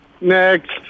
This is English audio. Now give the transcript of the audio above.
Next